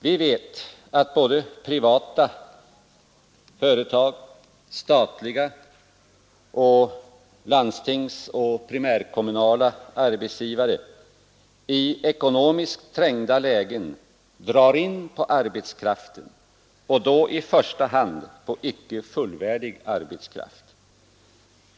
Vi vet att såväl privata som statliga företag liksom även landstingen och primärkommunala arbetsgivare i ekonomiskt trängda lägen drar in på arbetskraften och då i första hand på icke fullvärdig arbetskraft.